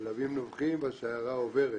הכלבים נובחים והשיירה עוברת.